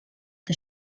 the